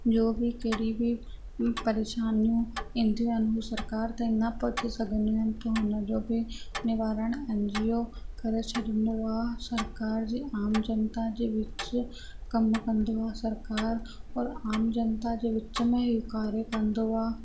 जो बि कहिड़ी बि परेशानियूं ईंदियूं आहिनि उहे सरकार ताईं न पहुची सघंदियूं आहिनि की उन जो बि निवारण एनजीओ करे छॾींदो आहे सरकार जे आम जनता जे विच कमु कंदो आहे सरकार और आम जनता जे विच में कार्य कंदो आहे